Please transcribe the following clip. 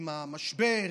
עם המשבר,